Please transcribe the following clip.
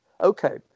Okay